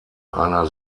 einer